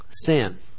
sin